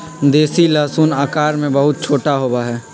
देसी लहसुन आकार में बहुत छोटा होबा हई